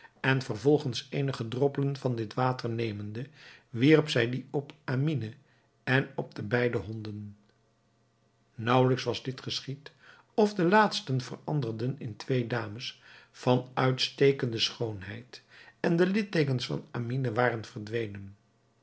en vervolgens eenige droppelen van dit water nemende wierp zij die op amine en op de beide honden naauwelijks was dit geschied of de laatsten veranderden in twee dames van uitstekende schoonheid en de likteekens van amine waren verdwenen